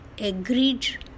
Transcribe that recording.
agreed